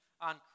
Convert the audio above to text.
on